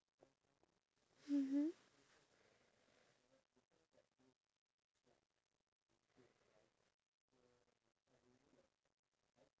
only a percentage of the entire country I'm sure there's like other things but I never really took the time to look at the whole entire percept~